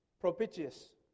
propitious